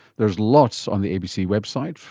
there's lots on the abc website,